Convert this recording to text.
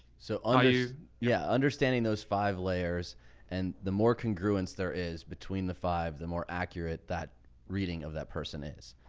so ah undo. yeah. understanding those five layers and the more congruence there is between the five, the more accurate that reading of that person is.